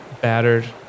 battered